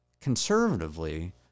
Conservatively